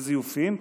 לזיופים,